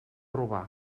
robar